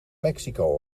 mexico